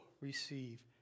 receive